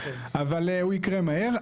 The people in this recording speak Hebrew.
אבל, הוא יקרה מהר.